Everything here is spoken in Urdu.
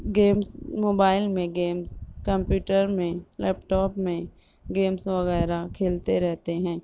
گیمس موبائل میں گیمس کمپیوٹر میں لیپ ٹاپ میں گیمس وغیرہ کھیلتے رہتے ہیں